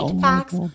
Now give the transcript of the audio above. facts